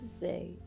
say